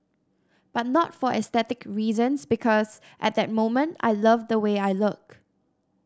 but not for aesthetic reasons because at the moment I love the way I look